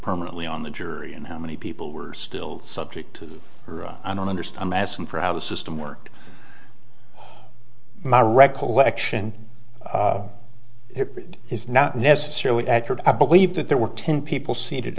permanently on the jury and how many people were still subject to her i don't understand medicine for how the system worked my recollection is not necessarily accurate i believe that there were ten people seated